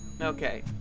Okay